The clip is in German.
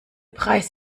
preis